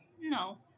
No